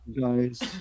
Guys